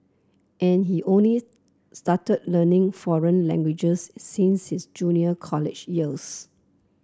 and he only started learning foreign languages since his junior college years